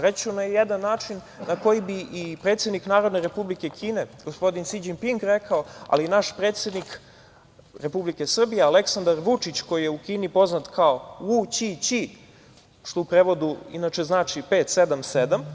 Reći ću na jedan način na koji bi i predsednik Narodne Republike Kine gospodin Si Đinping rekao, ali i naš predsednik Republike Srbije Aleksandar Vučić, koji je u Kini poznat kao „vu ći ći“, što u prevodu inače znači 577.